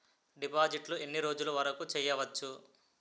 డిపాజిట్లు ఎన్ని రోజులు వరుకు చెయ్యవచ్చు?